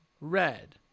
Red